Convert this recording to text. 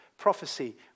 prophecy